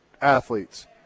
athletes